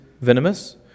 venomous